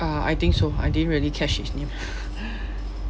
uh I think so I didn't really catch his name